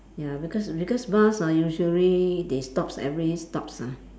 ya because because bus ah usually they stops every stops ah